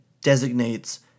designates